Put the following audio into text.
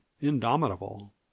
indomitable